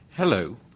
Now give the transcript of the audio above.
Hello